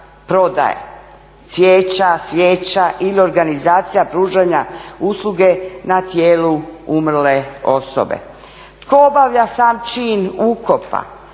prodaje cvijeća, svijeća ili organizacija pružanja usluge na tijelu umrle osobe. Tko obavlja sam čin ukopa